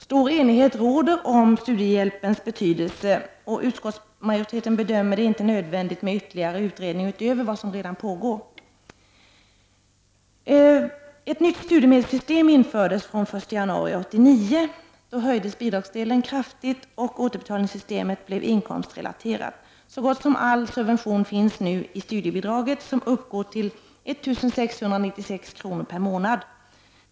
Stor enighet råder om studiehjälpens betydelse. Utskottsmajoriteten bedömer det inte som nödvändigt med ytterligare utredning utöver den som redan pågår. Ett nytt studiemedelssystem infördes från den 1 januari 1989. Då höjdes bidragsdelen kraftigt, och återbetalningssystemet blev inkomstrelaterat. Så gott som all subvention finns nu i studiebidraget som uppgår till 1 696 kr. per månad.